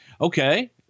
okay